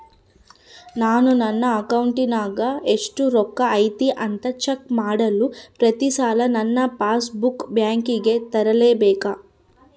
ನಾನು ನನ್ನ ಅಕೌಂಟಿನಾಗ ಎಷ್ಟು ರೊಕ್ಕ ಐತಿ ಅಂತಾ ಚೆಕ್ ಮಾಡಲು ಪ್ರತಿ ಸಲ ನನ್ನ ಪಾಸ್ ಬುಕ್ ಬ್ಯಾಂಕಿಗೆ ತರಲೆಬೇಕಾ?